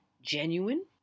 genuine